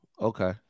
Okay